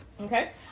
okay